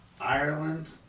Ireland